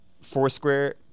Foursquare